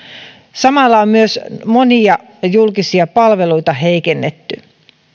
samalla on myös monia julkisia palveluita heikennetty